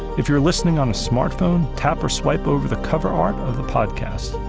if you're listening on a smartphone, tap or swipe over the cover art of the podcast.